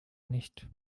nicht